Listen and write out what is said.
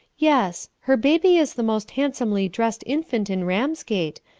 yes her baby is the most handsomely dressed infant in ramsgate,